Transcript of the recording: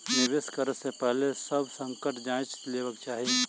निवेश करै से पहिने सभ संकट जांइच लेबाक चाही